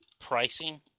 pricing